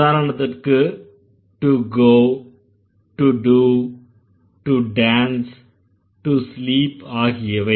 உதாரணத்துக்கு to go to do to dance to sleep ஆகியவை